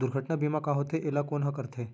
दुर्घटना बीमा का होथे, एला कोन ह करथे?